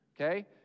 okay